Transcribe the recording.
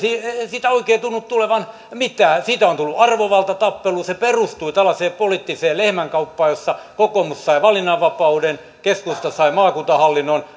siitä oikein tunnu tulevan mitään siitä on tullut arvovaltatappelu se perustui tällaiseen poliittiseen lehmänkauppaan jossa kokoomus sai valinnanvapauden keskusta sai maakuntahallinnon